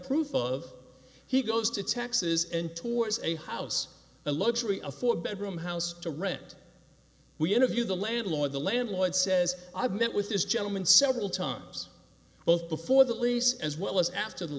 proof of he goes to taxes and tours a house a luxury a four bedroom house to rent we interview the landlord the landlord says i've met with this gentleman several times both before that lease as well as after the